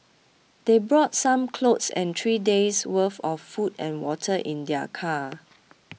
they brought some clothes and three days worth of food and water in their car